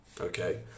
Okay